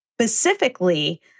specifically